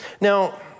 Now